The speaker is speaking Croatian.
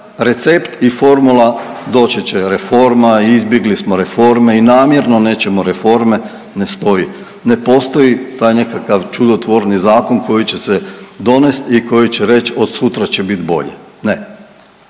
Recept i formula, doći će reforma, izbjegli smo reforme i namjerno nećemo reforme ne stoji, ne postoji taj nekakav čudotvorni zakon koji će se donest i koji će reć od sutra će bit bolje, ne,